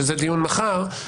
שזה מחר,